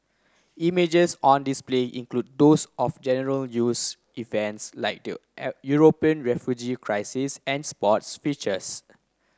images on display include those of general news events like the European refugee crisis and sports features